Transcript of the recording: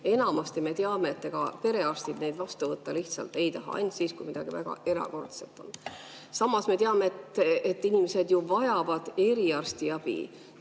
enamasti, me teame, ega perearstid neid vastuvõtte lihtsalt ei taha teha. Ainult siis, kui midagi väga erakordset on. Samas me teame, et inimesed ju vajavad eriarsti abi.